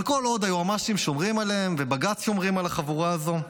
אבל כל עוד היועמ"שים שומרים עליהם ובג"ץ שומר על החבורה הזו,